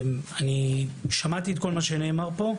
אני שמעתי את כל מה שנאמר פה.